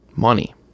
money